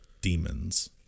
demons